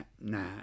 nah